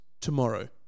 Tomorrow